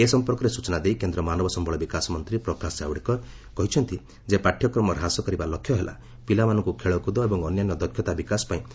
ଏ ସମ୍ପର୍କରେ ସ୍ନଚନା ଦେଇ କେନ୍ଦ୍ର ମାନବ ସମ୍ଭଳ ବିକାଶ ମନ୍ତ୍ରୀ ପ୍ରକାଶ କାୱେଡେକର କହିଛନ୍ତି ଯେ ପାଠ୍ୟକ୍ରମ ହ୍ରାସ କରିବା ଲକ୍ଷ୍ୟ ହେଲା ପିଲାମାନଙ୍କୁ ଖେଳକୁଦ ଏବଂ ଅନ୍ୟାନ୍ୟ ଦକ୍ଷତା ବିକାଶ ପାଇଁ ଯଥେଷ୍ଟ ସମୟ ଦେବା